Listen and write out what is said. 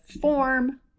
form